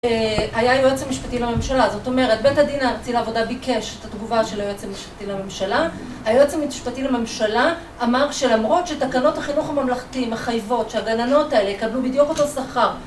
היה היועץ המשפטי לממשלה, זאת אומרת, בית הדין הארצי לעבודה ביקש את התגובה של היועץ המשפטי לממשלה, היועץ המשפטי לממשלה אמר שלמרות שתקנות החינוך הממלכתי מחייבות שהגננות האלה יקבלו בדיוק אותו שכר